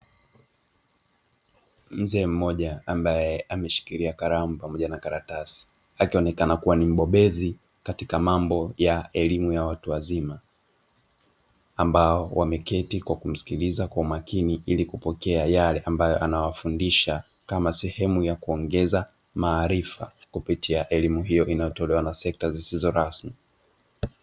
Mzee mmoja ambaye ameshikilia kalamu pamoja na karatasi, akionekana kuwa ni mbobezi katika mambo ya elimu ya watu wazima, ambao wameketi kwa kumsikiliza kwa makini ili kupokea yale ambayo anawafundisha kama sehemu ya kuongeza maarifa kupitia elimu hiyo inayotolewa na sekta zisizo rasmi.